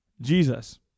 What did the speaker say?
Jesus